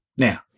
Now